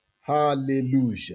hallelujah